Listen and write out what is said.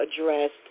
addressed